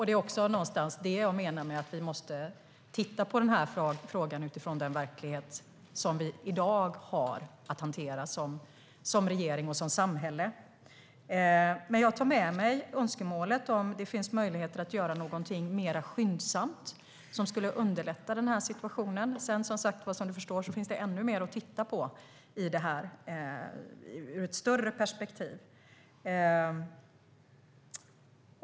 Det är också detta jag menar med att vi måste titta på frågan utifrån den verklighet som vi i dag har att hantera som regering och som samhälle. Jag tar med mig önskemålet om möjligheter att göra någonting mer skyndsamt som skulle underlätta situationen. Som Gunilla Nordgren förstår finns det ännu mer att titta på i ett större perspektiv.